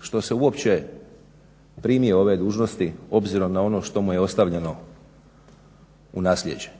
što se uopće primio ove dužnosti obzirom na ono što mu je ostavljeno u nasljeđe.